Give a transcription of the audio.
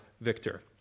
victor